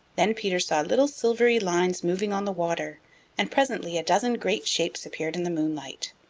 then peter saw little silvery lines moving on the water and presently a dozen great shapes appeared in the moonlight.